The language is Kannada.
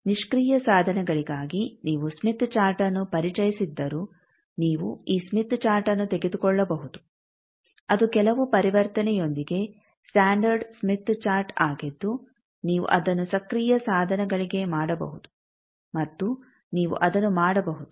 ನಿಷ್ಕ್ರಿಯ ಸಾಧನಗಳಿಗಾಗಿ ನೀವು ಸ್ಮಿತ್ ಚಾರ್ಟ್ಅನ್ನು ಪರಿಚಯಿಸಿದ್ದರೂ ನೀವು ಈ ಸ್ಮಿತ್ ಚಾರ್ಟ್ಅನ್ನು ತೆಗೆದುಕೊಳ್ಳಬಹುದು ಅದು ಕೆಲವು ಪರಿವರ್ತನೆಯೊಂದಿಗೆ ಸ್ಟಾಂಡರ್ಡ್ ಸ್ಮಿತ್ ಚಾರ್ಟ್ ಆಗಿದ್ದು ನೀವು ಅದನ್ನು ಸಕ್ರಿಯ ಸಾಧನಗಳಿಗೆ ಮಾಡಬಹುದು ಮತ್ತು ನೀವು ಅದನ್ನು ಮಾಡಬಹುದು